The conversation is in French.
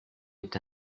est